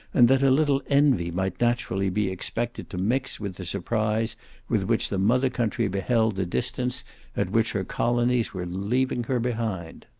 and that a little envy might naturally be expected to mix with the surprise with which the mother country beheld the distance at which her colonies were leaving her behind